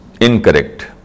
incorrect